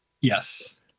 Yes